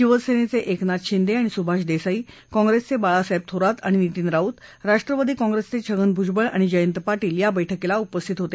शिवसेनेचे एकनाथ शिंदे आणि सुभाष देसाई काँप्रेसचे बाळासाहेब थोरात आणि नितीन राऊत राष्ट्रवादी काँप्रेसचे छगन भुजबळ आणि जयंत पाटील या बैठकीला उपस्थित होते